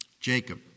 Jacob